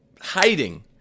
hiding